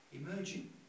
emerging